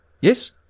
Yes